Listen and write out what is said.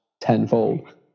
tenfold